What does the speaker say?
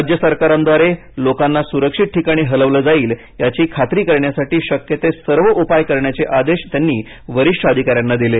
राज्य सरकारांद्वारे लोकांना सुरक्षित ठिकाणी हलवलं जाईल याची खात्री करण्यासाठी शक्य ते सर्व उपाय करण्याचे आदेश त्यांनी वरिष्ठ अधिकाऱ्यांना दिले